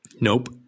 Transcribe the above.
Nope